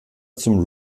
zum